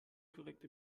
korrekte